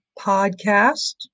podcast